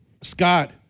Scott